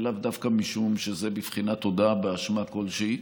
ולאו דווקא משום שזה בבחינת הודאה באשמה כלשהי.